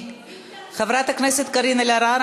חברת הכנסת קארין אלהרר,